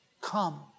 come